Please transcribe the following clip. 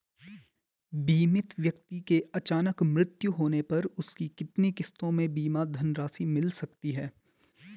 बीमित व्यक्ति के अचानक मृत्यु होने पर उसकी कितनी किश्तों में बीमा धनराशि मिल सकती है?